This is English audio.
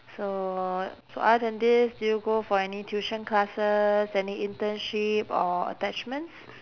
so so other than this do you go for any tuition classes any internship or attachments